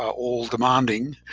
all-demanding.